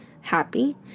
happy